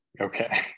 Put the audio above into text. Okay